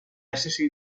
essersi